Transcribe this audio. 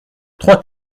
trois